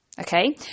Okay